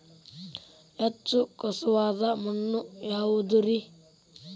ಹೆಚ್ಚು ಖಸುವಾದ ಮಣ್ಣು ಯಾವುದು ರಿ?